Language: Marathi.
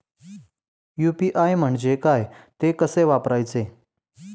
यु.पी.आय म्हणजे काय, ते कसे वापरायचे?